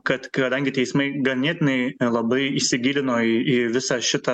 kad kadangi teismai ganėtinai labai įsigilino į į visą šitą